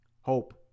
Hope